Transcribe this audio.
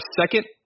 second